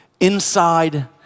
Inside